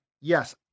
yes